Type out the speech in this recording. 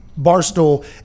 Barstool